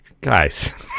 guys